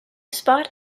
spot